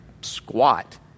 squat